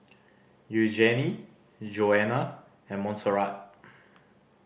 Eugenie Jonna and Monserrat